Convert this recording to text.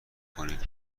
کنین